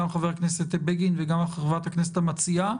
גם חבר הכנסת בגין וגם חברת הכנסת המציעה,